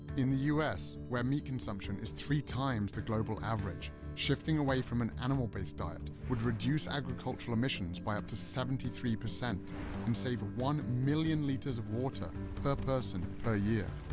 in the us, where meat consumption is three times the global average, shifting away from an animal-based diet would reduce agricultural emissions by up to seventy three percent and save one million liters of water per person, per year.